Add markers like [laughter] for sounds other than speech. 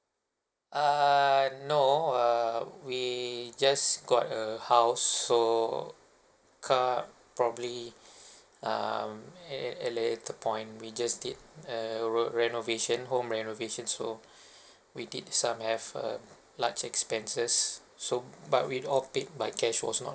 err no err we just got a house so car probably [breath] um at a later point we just did a re~ renovation home renovation so [breath] we did some have a large expenses so but with all paid by cash it was not